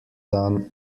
dan